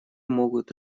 могут